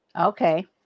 Okay